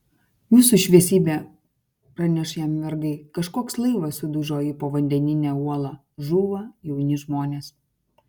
jūsų šviesybe praneš jam vergai kažkoks laivas sudužo į povandeninę uolą žūva jauni žmonės